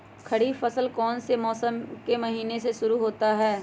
खरीफ फसल कौन में से महीने से शुरू होता है?